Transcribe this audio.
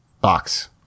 box